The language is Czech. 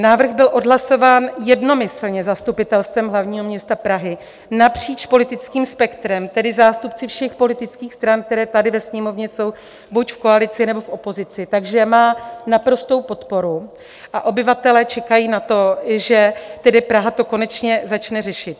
Návrh byl odhlasován jednomyslně Zastupitelstvem hlavního města Prahy napříč politickým spektrem, tedy zástupci všech politických stran, které tady ve Sněmovně jsou buď v koalici, nebo v opozici, takže má naprostou podporu a obyvatelé čekají na to, že Praha to tedy konečně začne řešit.